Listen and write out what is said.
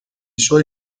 suoi